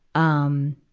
um,